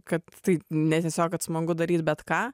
kad tai ne tiesiog kad smagu daryt bet ką